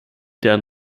deren